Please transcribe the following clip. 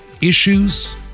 issues